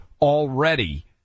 already